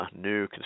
new